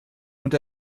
und